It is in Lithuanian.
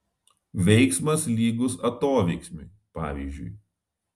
veiksmas lygus atoveiksmiui pavyzdžiui